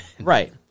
Right